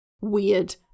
weird